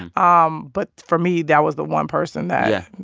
and um but for me, that was the one person that. yeah.